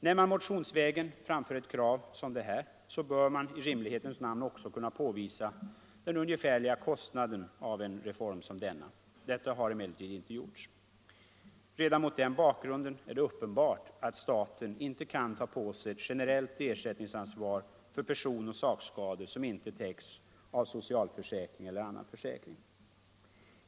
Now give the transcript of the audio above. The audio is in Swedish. När man motionsvägen framför ett krav som detta bör man i rimlighetens namn också kunna påvisa den ungefärliga kostnaden av en sådan reform. Detta har emellertid inte gjorts. Redan mot den bakgrunden är det uppenbart att staten inte kan ta på sig ett generellt ersättningsansvar för person och sakskador som inte täcks av socialförsäkring eller annan försäkring.